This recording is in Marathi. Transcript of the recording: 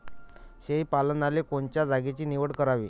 शेळी पालनाले कोनच्या जागेची निवड करावी?